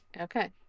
Okay